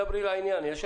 אותי.